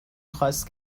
خواست